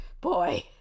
boy